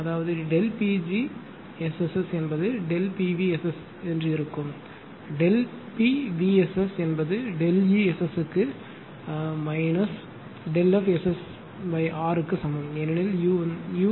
அதாவது PgSS என்பது PvSS இருக்கும் PvSS என்பது ΔE SS க்கு மைனஸ் ΔF SSR க்கு சமம் ஏனெனில் u 0